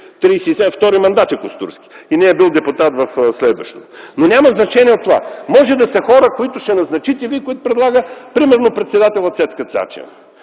втори мандат и не е бил депутат в следващото. Но това няма значение. Може да са хора, които ще назначите вие, които предлага примерно председателят Цецка Цачева.